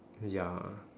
ya